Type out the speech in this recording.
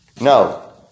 No